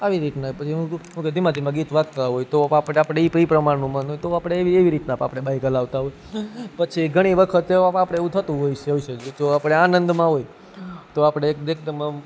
આવી રીતના ધીમા ધીમા ગીત વાગતા હોય તો આપડે ઈ પ્રમાણનું મન તો આપણે એવી ઈ રીતના આપણે બાઇક ચલાવતાં હોય પછી ઘણી વખત આપણે એવું થતું હોય છે હોય છે તો આપણે આનંદમાં હોય તો આપણે એકદમ આમ